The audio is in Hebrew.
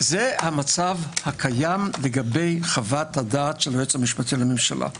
זה המצב הקיים לגבי חוות הדעת של היועץ המשפטי לממשלה.